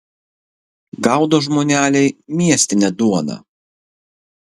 gaudo žmoneliai miestinę duoną